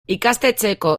ikastetxeko